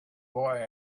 boy